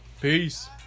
Peace